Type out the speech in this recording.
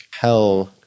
hell